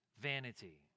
vanity